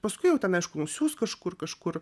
paskui jau ten aišku nusiųs kažkur kažkur